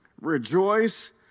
Rejoice